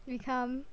become